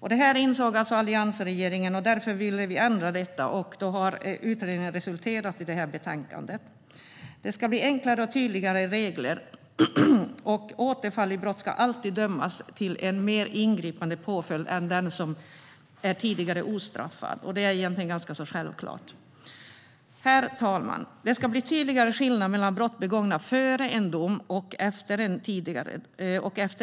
Detta insåg alliansregeringen, och därför ville vi ändra detta. Utredningen har nu resulterat i detta betänkande. Det ska bli enklare och tydligare regler. Den som återfaller i brott ska alltid dömas till en mer ingripande påföljd än den som tidigare är ostraffad. Det är egentligen ganska självklart. Herr talman! Det ska bli tydligare skillnad mellan brott begångna före en dom och efter